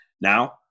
Now